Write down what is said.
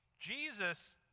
Jesus